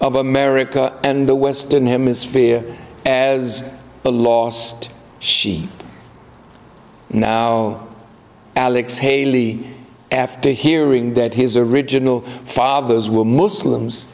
of america and the western hemisphere as the last she know alex haley after hearing that his original fathers were muslims